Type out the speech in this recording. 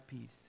peace